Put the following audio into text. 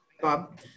Bob